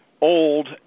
old